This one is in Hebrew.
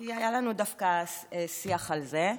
כי היה לנו דווקא שיח על זה,